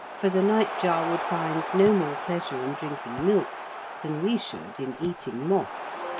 for the nightjar would find no more pleasure in drinking milk than we should in eating moths.